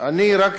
לא לרדת.